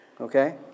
Okay